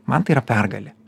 man tai yra pergalė